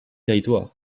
territoires